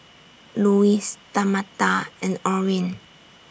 Luis Tamatha and Orin